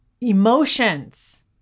emotions